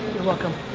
you're welcome.